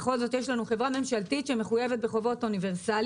כי בכל זאת יש לנו חברה ממשלתית שמחויבת בחובות אוניברסאליות.